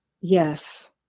yes